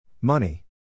Money